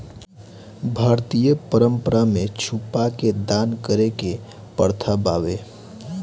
भारतीय परंपरा में छुपा के दान करे के प्रथा बावे